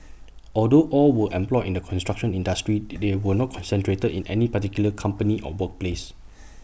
although all were employed in the construction industry they were not concentrated in any particular company or workplace